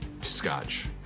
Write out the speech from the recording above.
Scotch